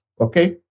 Okay